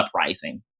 uprising